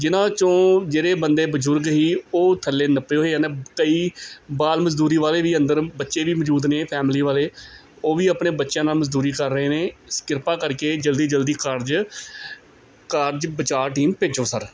ਜਿਹਨਾਂ 'ਚੋਂ ਜਿਹੜੇ ਬੰਦੇ ਬਜ਼ੁਰਗ ਸੀ ਉਹ ਥੱਲੇ ਨੱਪੇ ਹੋਏ ਹਨ ਕਈ ਬਾਲ ਮਜ਼ਦੂਰੀ ਵਾਲੇ ਵੀ ਅੰਦਰ ਬੱਚੇ ਵੀ ਮੌਜੂਦ ਨੇ ਫੈਮਲੀ ਵਾਲੇ ਉਹ ਵੀ ਆਪਣੇ ਬੱਚਿਆਂ ਨਾਲ ਮਜ਼ਦੂਰੀ ਕਰ ਰਹੇ ਨੇ ਕਿਰਪਾ ਕਰਕੇ ਜਲਦੀ ਜਲਦੀ ਕਾਰਜ ਕਾਰਜ ਬਚਾਅ ਟੀਮ ਭੇਜੋ ਸਰ